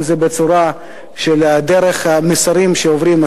אם זה דרך מסרים שעוברים,